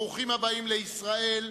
ברוכים הבאים לישראל,